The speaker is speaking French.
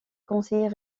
conseiller